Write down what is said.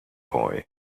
boy